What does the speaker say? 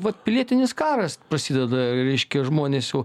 vat pilietinis karas prasideda reiškia žmonės jau